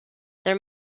their